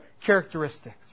characteristics